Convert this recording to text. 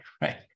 Right